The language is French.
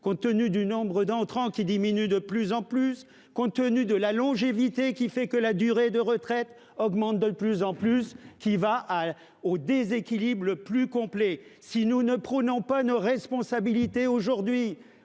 compte tenu du nombre d'entrants qui diminue de plus en plus compte tenu de la longévité qui fait que la durée de retraite augmente de plus en plus qui va à au déséquilibre le plus complet. Si nous ne prenons pas nos responsabilités. Aujourd'hui,